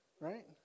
right